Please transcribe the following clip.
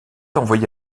envoyé